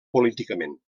políticament